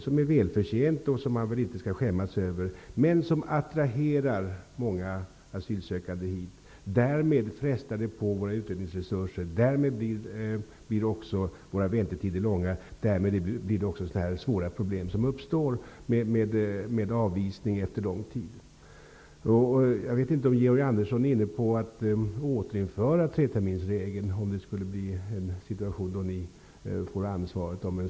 Den är välförtjänt, och den skall vi inte skämmas över. Men den attraherar många asylsökande. Det frestar på våra utredningsresurser, och därmed blir våra väntetider långa och svåra problem uppstår med avvisning efter lång tid. Jag vet inte om Georg Andersson är inne på att återinföra treterminsregeln om det skulle uppstå en situation där ni får ansvaret.